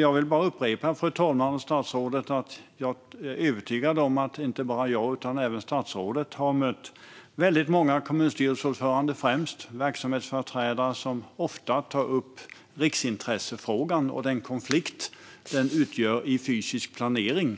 Jag vill bara upprepa, fru talman och statsrådet, att jag är övertygad om att inte bara jag utan även statsrådet har mött väldigt många kommunstyrelseordförande, främst, och verksamhetsföreträdare som ofta tar upp riksintressefrågan och den konflikt som den utgör när det gäller fysisk planering